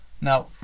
Now